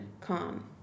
calm